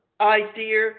idea